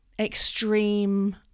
extreme